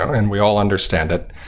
and we all understand it.